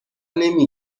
نمی